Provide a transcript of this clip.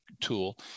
tool